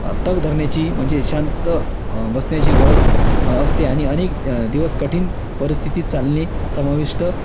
तग धरण्याची म्हणजे शांत बसण्याची गरज असते आणि अनेक दिवस कठीण परिस्थिती चालणे समाविष्ट